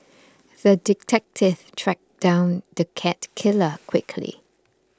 the detective tracked down the cat killer quickly